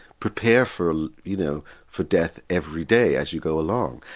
prepare for you know for death every day as you go along.